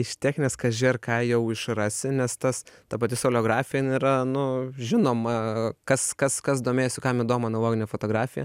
iš techninės kaži ar ką jau išrasi nes tas ta pati soleografija jin yra nu žinoma kas kas kas domėjosi kam įdomu analoginė fotografija